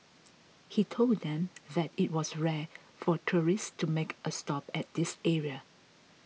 he told them that it was rare for tourists to make a stop at this area